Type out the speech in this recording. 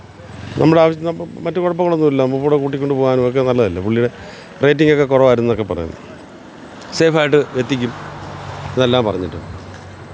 നമ്മുടെ ആവിശ്യത്തിനപ്പം മറ്റ് കുഴപ്പങ്ങൾ ഒന്നും ഇല്ലല്ലോ നമുക്ക് കൂടെ കൂട്ടിക്കൊണ്ടു പോകാനും ഒക്കെ നല്ലതല്ലെ പുള്ളിയുടെ റേറ്റിംഗ് ഒക്കെ കുറവായിരുന്നൊക്കെ പറയുന്നു സേഫ് ആയിട്ട് എത്തിക്കും അതെല്ലാം പറഞ്ഞിട്ടുണ്ട്